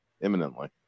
imminently